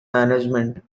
management